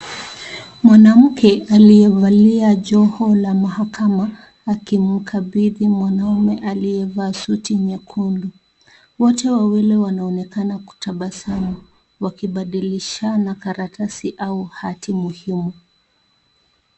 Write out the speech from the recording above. Mwanamke aliyevalia joho la mahakama akimkabithi mwanaume aliye vaa suti nyekundu. Wote wawili wanaonekana kutabasamu wakibadilishana karatasi au ati muhimu.